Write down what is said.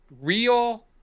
Real